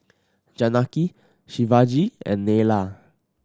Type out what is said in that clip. Janaki Shivaji and Neila